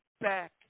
back